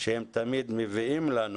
שהם תמיד מביאים לנו.